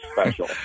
special